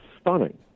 stunning